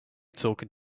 talking